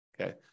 Okay